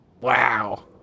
Wow